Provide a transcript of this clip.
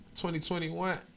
2021